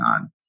on